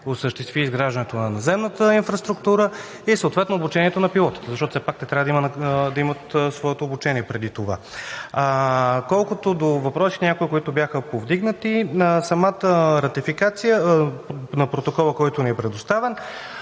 осъществи изграждането на наземната инфраструктура и съответно обучението на пилотите, защото все пак те трябва да имат своето обучение преди това. Въпросите, които бяха повдигнати за самата ратификация – протоколът, който ни е предоставен,